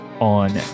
on